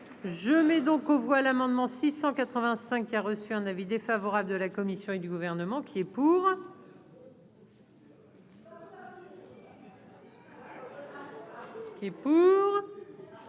je mets donc aux voix l'amendement 685 qui a reçu un avis défavorable de la Commission et du gouvernement qui est. Qui